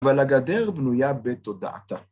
אבל הגדר בנויה בתודעתה.